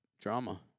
drama